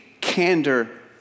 candor